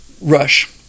rush